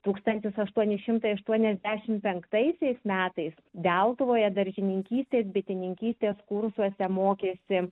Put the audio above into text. tūkstantis aštuoni šimtai aštuoniasdešim penktaisiais metais deltuvoje daržininkystės bitininkystės kursuose mokėsi